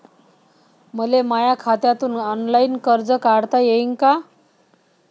मले माया खात्यातून ऑनलाईन कर्ज काढता येईन का?